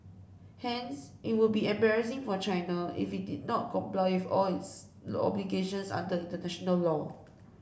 hence it would be embarrassing for China if it did not comply off all its obligations under international law